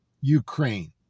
Ukraine